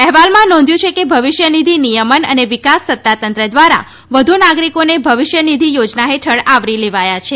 અહેવાલમાં નોંધ્યું છે કે ભવિષ્યનિધિ નિયમન અને વિકાસ સત્તાતંત્ર દ્વારા વધુ નાગરિકોને ભવિષ્યનિધિ યોજના હેઠળ આવરી લેવાયા છે